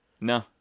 No